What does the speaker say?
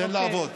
תן לעבוד.